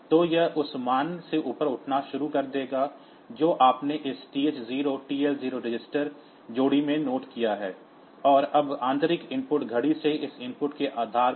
तो यह उस मान से ऊपर उठना शुरू कर देगा जो आपने इस TH0 TL0 रजिस्टर जोड़ी में नोट किया है और अब आंतरिक इनपुट घड़ी से इस इनपुट के आधार पर